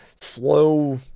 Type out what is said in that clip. slow